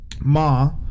Ma